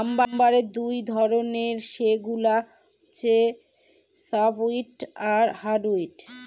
লাম্বারের দুই ধরনের, সেগুলা হচ্ছে সফ্টউড আর হার্ডউড